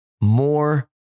more